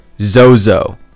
Zozo